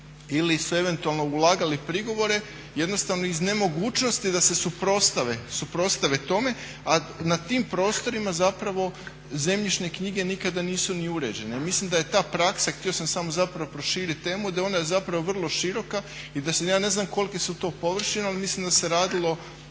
ili su eventualno ulagali prigovore jednostavno iz nemogućnosti da se suprotstave tome. A na tim prostorima zapravo zemljišne knjige nikada nisu ni uređene. Mislim da je ta praksa, htio sam samo zapravo proširiti temu, da je ona zapravo vrlo široka i da sad ja ne znam kolike su to površine, ali mislim da se radilo